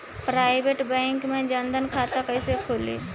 Private bank मे जन धन खाता कैसे खुली?